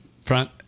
front